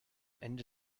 ende